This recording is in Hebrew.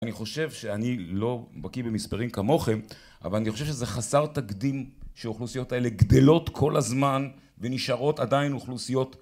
אני חושב שאני לא בקיא במספרים כמוכם, אבל אני חושב שזה חסר תקדים שהאוכלוסיות האלה גדלות כל הזמן ונשארות עדיין אוכלוסיות